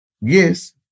yes